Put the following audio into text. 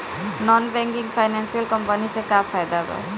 Non banking financial company से का फायदा बा?